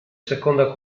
seconda